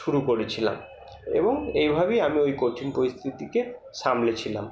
শুরু করেছিলাম এবং এইভাবেই আমি ওই কঠিন পরিস্থিতিকে সামলেছিলাম